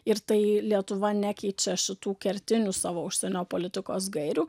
ir tai lietuva nekeičia šitų kertinių savo užsienio politikos gairių